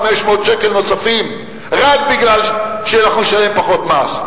שקל נוספים רק בגלל שאנחנו נשלם פחות מס.